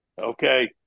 Okay